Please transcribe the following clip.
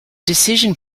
decision